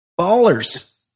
Ballers